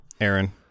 Aaron